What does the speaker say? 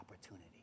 opportunity